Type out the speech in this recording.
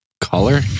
color